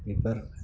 बिबार